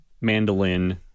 mandolin